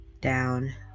down